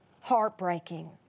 heartbreaking